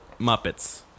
Muppets